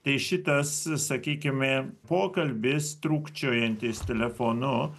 tai šitas sakykime pokalbis trūkčiojantis telefonu